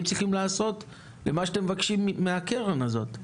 צריכים לעשות למה שאתם מבקשים מהקרן הזאת.